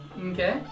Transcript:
Okay